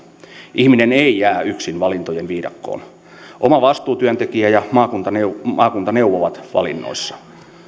ihminen ei jää yksin valintojen viidakkoon oma vastuutyöntekijä ja maakunta neuvovat valinnoissa